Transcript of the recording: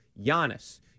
Giannis